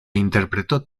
interpretó